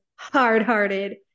hard-hearted